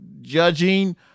judging